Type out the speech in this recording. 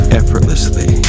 effortlessly